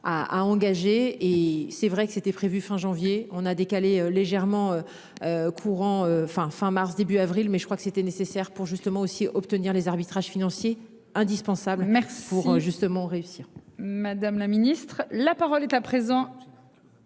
à engager et c'est vrai que c'était prévu fin janvier on a décalé légèrement. Courant fin fin mars début avril. Mais je crois que c'était nécessaire pour justement aussi obtenir les arbitrages financiers indispensables merci pour justement réussir.